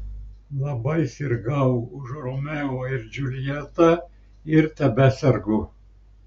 labai sirgau už romeo ir džiuljetą ir tebesergu